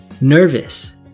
Nervous